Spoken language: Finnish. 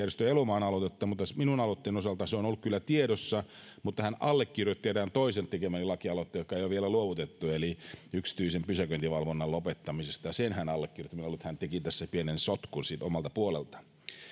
edustaja elomaan aloitetta mutta minun aloitteeni osalta se on ollut kyllä tiedossa hän allekirjoitti erään toisen tekemäni lakialoitteen jota ei ole vielä luovutettu yksityisen pysäköinninvalvonnan lopettamisesta sen hän allekirjoitti minä luulen että hän teki tässä pienen sotkun omalta puoleltaan